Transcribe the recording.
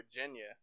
Virginia